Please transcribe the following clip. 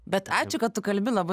bet ačiū kad tu kalbi labai